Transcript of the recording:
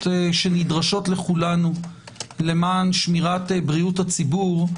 שנדרשות לכולנו למען שמירת בריאות הציבור,